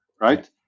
right